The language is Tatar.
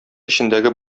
эчендәге